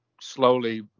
slowly